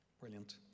Brilliant